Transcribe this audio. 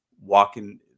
walking